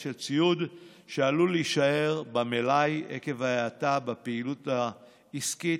של ציוד שעלול להישאר במלאי עקב ההאטה בפעילות העסקית,